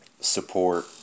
support